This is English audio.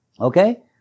Okay